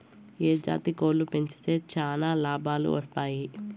ఏ జాతి కోళ్లు పెంచితే చానా లాభాలు వస్తాయి?